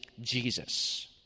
Jesus